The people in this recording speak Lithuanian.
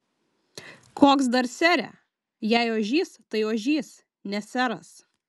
koks dar sere jei ožys tai ožys ne seras